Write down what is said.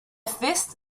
fist